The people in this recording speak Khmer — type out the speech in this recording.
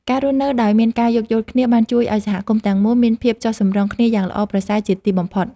ការរស់នៅដោយមានការយោគយល់គ្នាបានជួយឱ្យសហគមន៍ទាំងមូលមានភាពចុះសម្រុងគ្នាយ៉ាងល្អប្រសើរជាទីបំផុត។